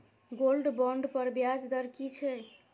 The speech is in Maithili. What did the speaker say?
गोल्ड बोंड पर ब्याज दर की छै?